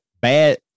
bad